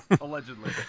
allegedly